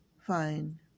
Fine